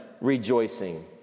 rejoicing